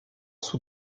sous